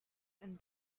and